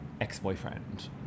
ex-boyfriend